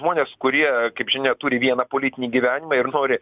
žmonės kurie kaip žinia turi vieną politinį gyvenimą ir nori